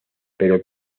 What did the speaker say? pero